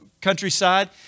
countryside